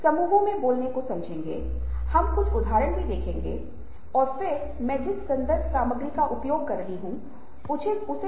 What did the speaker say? तो ये चीजें हैं जिन्हें हम स्पर्श करेंगे हम सहानुभूति क्या है इसे देखकर शुरू करेंगे की सहानुभूति क्या है और फिर हमें सहानुभूति की आवश्यकता क्यों है